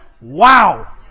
Wow